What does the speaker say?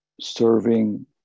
serving